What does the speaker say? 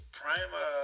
prima